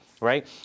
right